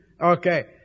okay